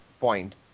point